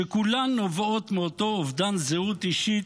שכולן נובעות מאותו אובדן זהות אישית,